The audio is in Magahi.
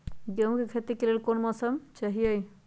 गेंहू के खेती के लेल कोन मौसम चाही अई?